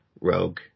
Rogue